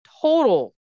total